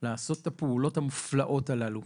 לעשות את הפעולות המופלאות הללו.